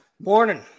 Morning